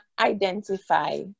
identify